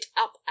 up